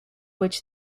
which